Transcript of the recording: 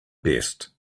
best